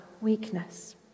weakness